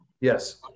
Yes